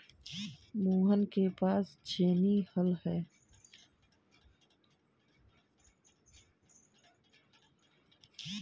मोहन के पास छेनी हल है